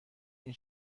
این